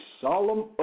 solemn